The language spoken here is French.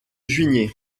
juigné